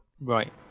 right